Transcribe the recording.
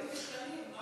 דברים משתנים.